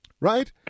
Right